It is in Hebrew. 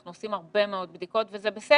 עושים הרבה מאוד בדיקות במדינת ישראל, וזה בסדר.